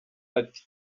ati